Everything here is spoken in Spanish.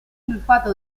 sulfato